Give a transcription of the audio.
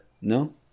No